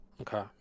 Okay